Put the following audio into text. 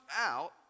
out